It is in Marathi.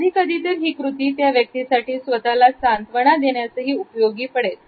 कधी कधी तर ही कृती त्या व्यक्तीसाठी स्वतःला सांत्वना देण्यासही उपयोगी पडतील